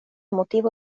motivo